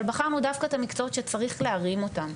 אבל בחרנו דווקא את המקצועות שצריך להרים אותם,